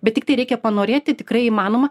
bet tiktai reikia panorėti tikrai įmanoma